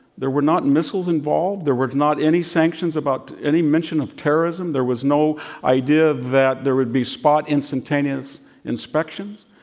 there were not missiles involved. there was not any sanctions about any mention of terrorism. there was no idea that there would be spot instantaneous inspections.